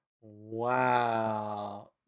Wow